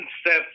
Steps